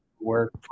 Work